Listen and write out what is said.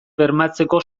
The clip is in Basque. bermatzeko